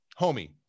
homie